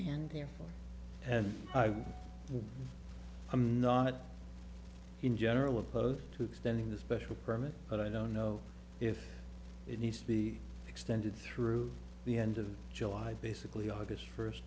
here and i'm not in general opposed to extending the special permit but i don't know if it needs to be extended through the end of july basically august first